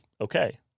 okay